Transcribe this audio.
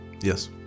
Yes